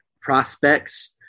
prospects